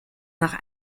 nach